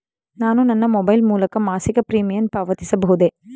ನಾನು ನನ್ನ ಮೊಬೈಲ್ ಮೂಲಕ ಮಾಸಿಕ ಪ್ರೀಮಿಯಂ ಪಾವತಿಸಬಹುದೇ?